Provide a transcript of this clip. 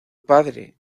padre